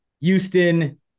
Houston